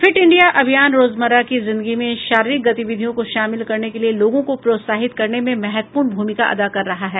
fit India अभियान रोजमर्रा की जिंदगी में शारीरिक गतिविधियों को शामिल करने के लिए लोगों को प्रोत्साहित करने में महत्वपूर्ण भूमिका अदा कर रहा है